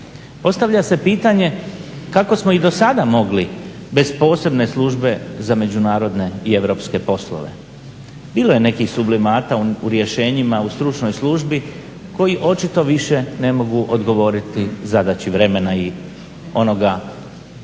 Postavlja se pitanje kako smo i do sada mogli bez posebne službe za međunarodne i europske poslove. bilo je nekih sublimata u rješenjima u stručnoj službi koji očito više ne mogu odgovoriti zadaći vremena i onoga što